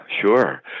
sure